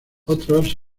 otros